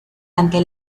ante